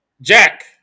Jack